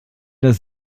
das